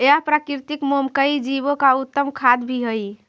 यह प्राकृतिक मोम कई जीवो का उत्तम खाद्य भी हई